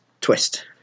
twist